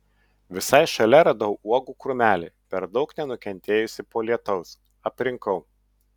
visai šalia radau uogų krūmelį per daug nenukentėjusį po lietaus aprinkau